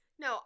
No